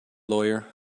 lawyer